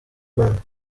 rwanda